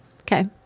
Okay